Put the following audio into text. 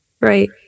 Right